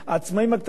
העצמאים הקטנים,